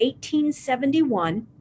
1871